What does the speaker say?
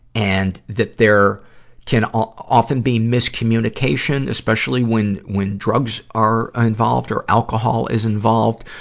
and that there can ah often be miscommunication, especially when, when drugs are involved or alcohol is involved.